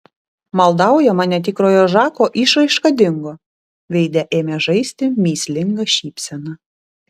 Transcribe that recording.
maldaujama netikrojo žako išraiška dingo veide ėmė žaisti mįslinga šypsena